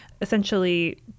essentially